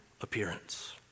appearance